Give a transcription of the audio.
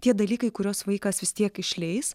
tie dalykai kuriuos vaikas vis tiek išleis